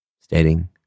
stating